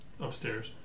upstairs